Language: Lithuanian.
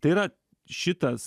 tai yra šitas